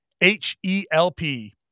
H-E-L-P